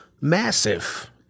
Massive